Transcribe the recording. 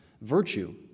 Virtue